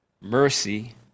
mercy